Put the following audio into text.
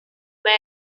but